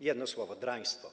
jedno słowo: draństwo.